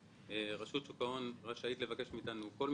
רשות שוק ההון רשאית לבקש מאיתנו כל מידע.